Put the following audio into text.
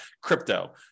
crypto